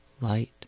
light